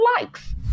likes